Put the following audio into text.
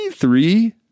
Three